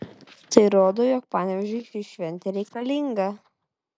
tai rodo jog panevėžiui ši šventė reikalinga